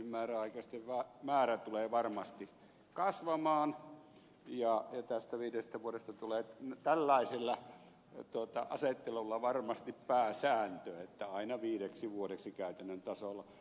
määräaikaisten määrä tulee varmasti kasvamaan ja tästä viidestä vuodesta tulee tällaisella asettelulla varmasti pääsääntö että aina viideksi vuodeksi käytännön tasolla